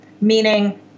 Meaning